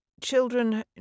children